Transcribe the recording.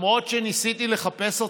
למרות שניסיתי לחפש אותך,